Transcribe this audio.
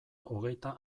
hogeita